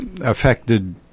affected